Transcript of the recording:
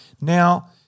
Now